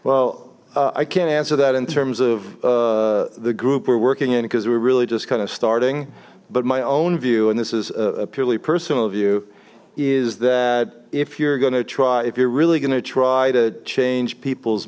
well i can't answer that in terms of the group we're working in because we're really just kind of starting but my own view and this is a purely personal view is that if you're going to try if you're really going to try to change people's